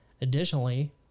Additionally